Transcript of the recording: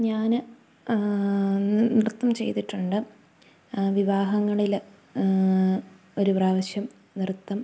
ഞാന് നൃത്തം ചെയ്തിട്ടുണ്ട് വിവാഹങ്ങളില് ഒരു പ്രാവശ്യം നൃത്തം